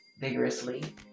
vigorously